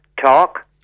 talk